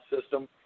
system